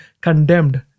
condemned